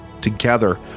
Together